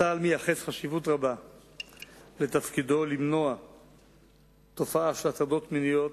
צה"ל מייחס חשיבות רבה לתפקידו למנוע תופעה של הטרדות מיניות,